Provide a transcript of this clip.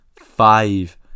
five